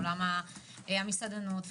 מעולם המסעדנות,